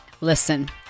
Listen